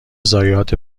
ضایعات